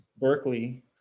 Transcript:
Berkeley